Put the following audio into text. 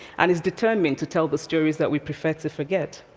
and is determined to tell the stories that we prefer to forget?